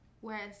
Whereas